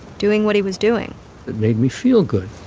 doing what he was doing it made me feel good.